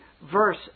verse